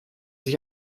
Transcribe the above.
sich